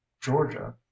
Georgia